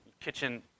Kitchen